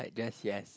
like just yes